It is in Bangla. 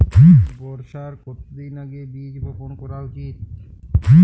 বর্ষার কতদিন আগে বীজ বপন করা উচিৎ?